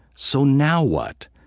so now what?